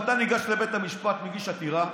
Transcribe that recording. אתה ניגש לבית המשפט, מגיש עתירה,